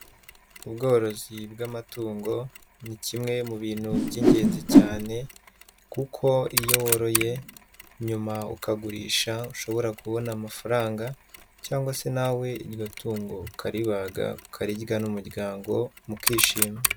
Ubworozi bw'amatungo ni kimwe mu bintu by'ingenzi cyane, kuko iyo woroye nyuma ukagurisha ushobora kubona amafaranga cyangwa se nawe iryo tungo ukaribaga ukarirya n'umuryango mukishima.